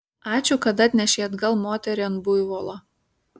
ačiū kad atnešei atgal moterį ant buivolo